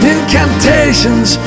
Incantations